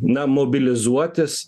na mobilizuotis